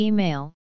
Email